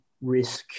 risk